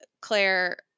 Claire